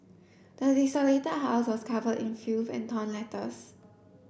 the desolated house was covered in filth and torn letters